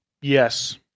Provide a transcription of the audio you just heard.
Yes